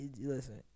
listen